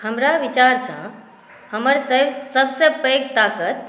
हमरा विचारसँ हमर सभसँ पैघ ताकत